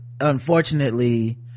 unfortunately